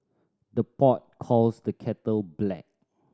the pot calls the kettle black